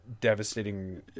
devastating